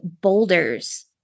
boulders